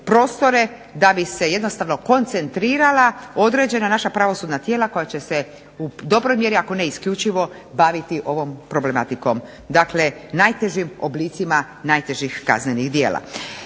da bi se jednostavno koncentrirala određena naša pravosudna tijela koja će se u dobroj mjeri ako ne isključivo baviti ovom problematikom dakle najtežim oblicima najtežih kaznenih djela.